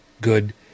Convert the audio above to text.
Good